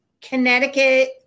Connecticut